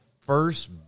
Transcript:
first